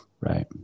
right